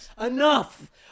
enough